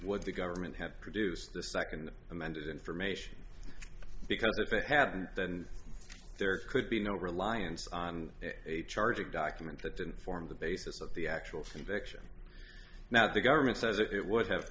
what the government have produced the second amended information because if it happened then there could be no reliance on a charging document that didn't form the basis of the actual section now the government says it would have